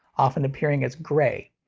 often appearing as grey.